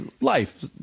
life